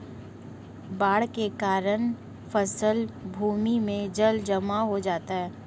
बाढ़ के कारण फसल भूमि में जलजमाव हो जाता है